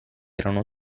erano